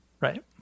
Right